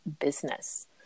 business